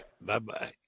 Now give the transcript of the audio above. Bye-bye